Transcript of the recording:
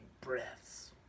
breaths